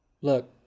Look